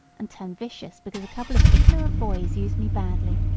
and turn vicious because a couple of ignorant boys used me badly?